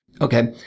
Okay